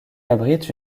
abrite